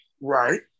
right